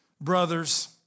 brothers